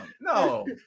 no